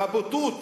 הבוטות,